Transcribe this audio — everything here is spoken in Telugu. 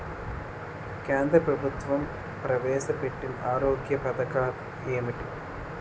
కేంద్ర ప్రభుత్వం ప్రవేశ పెట్టిన ఆరోగ్య పథకాలు ఎంటి?